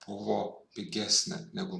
buvo pigesnė negu